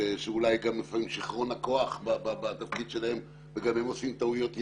שאולי לפעמים שכרון הכוח גורם להם לעשות טעויות.